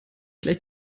gleich